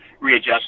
readjust